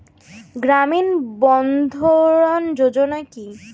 গ্রামীণ বন্ধরন যোজনা কি?